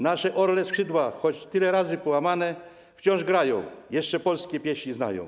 Nasze orle skrzydła, choć tyle razy połamane, wciąż grają, jeszcze polskie pieśni znają.